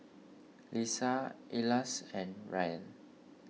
Lisa Elyas and Ryan